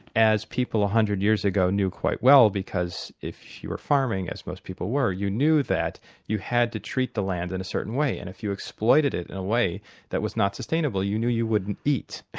as people one hundred years ago knew quite well because if you were farming, as most people were, you knew that you had to treat the land in a certain way, and if you exploited it in a way that was not sustainable, you knew you wouldn't eat.